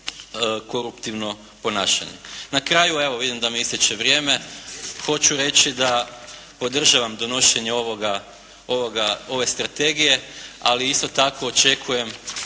koruptivno ponašanje. Na kraju, evo vidim da mi istječe vrijeme hoću reći da podržavam donošenje ove strategije, ali isto tako očekujem